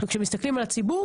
כשמסתכלים על הציבור,